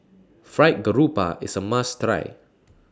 Fried Garoupa IS A must Try